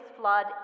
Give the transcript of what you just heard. flood